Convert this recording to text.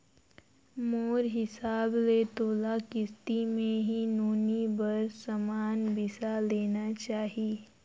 मोर हिसाब ले तोला किस्ती मे ही नोनी बर समान बिसा लेना चाही